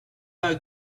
are